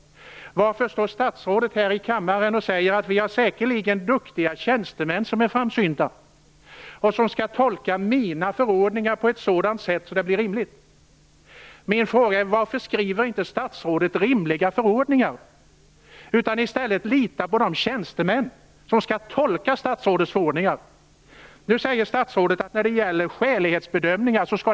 Varför står statsrådet här i kammaren och säger att det säkerligen finns duktiga tjänstemän som är framsynta och som skall tolka hennes förordningar på ett sådant sätt att det blir rimligt. Min fråga är: Varför skriver inte statsrådet rimliga förordningar utan i stället litar på de tjänstemän som skall tolka statsrådets förordningar? Statsrådet säger att det skall göras skälighetsbedömningar.